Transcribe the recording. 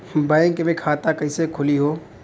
Bank मे खाता कईसे खुली हो?